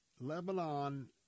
Lebanon